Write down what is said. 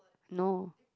no